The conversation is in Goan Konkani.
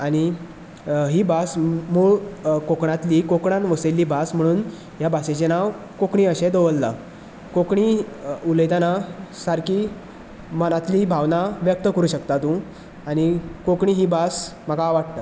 आनी ही भास मूळ कोंकणातली कोंकणान वसयल्ली म्हणून ह्या भाशेचे नांव कोंकणी अशें दवरलां कोंकणी उलयतना सारकी मनातलीं भावनां व्यक्त करुंक शकता तूं कोंकणी ही भास म्हाका आवडटा